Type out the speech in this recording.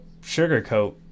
sugarcoat